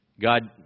God